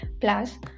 Plus